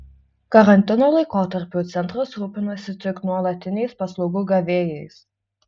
karantino laikotarpiu centras rūpinasi tik nuolatiniais paslaugų gavėjais